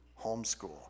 homeschool